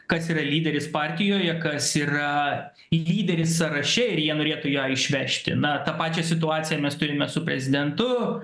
kas yra lyderis partijoje kas yra lyderis sąraše ir jie norėtų ją išvežti na tą pačią situaciją mes turime su prezidentu